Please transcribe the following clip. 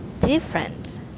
different